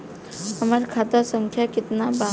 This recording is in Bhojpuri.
हमार खाता संख्या केतना बा?